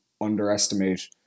underestimate